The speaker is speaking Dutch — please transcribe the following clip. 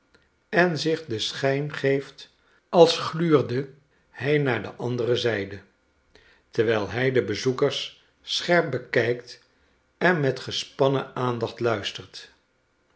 en zich den schijn geeft als gluurde hij naar de andere zijde terwijl hij de bezoekers scherp bekijkt en met gespannen aandacht luistert